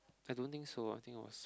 I don't think so I think it was